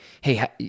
Hey